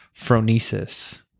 phronesis